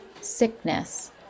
sickness